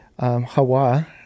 hawa